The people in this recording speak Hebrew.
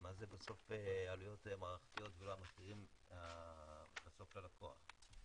מה זה בסוף עלויות מערכתיות ולא המחירים בסוף ללקוח?